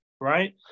right